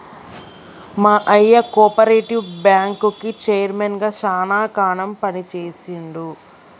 మా అయ్య కోపరేటివ్ బ్యాంకుకి చైర్మన్ గా శానా కాలం పని చేశిండు